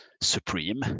supreme